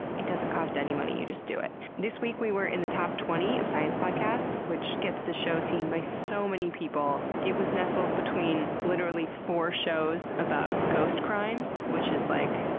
it doesn't cost any money, you just do it. this week we were in the top twenty of science podcasts, which gets the show seen by so many people. it was nestled between literally four shows about ghost crimes, which is like.